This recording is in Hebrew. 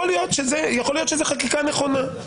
יכול להיות שזו חקיקה נכונה,